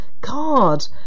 God